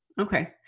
Okay